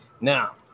Now